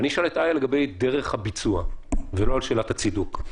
אני שואל את איה לגבי דרך הביצוע ולא על שאלת הצידוק.